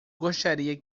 gostaria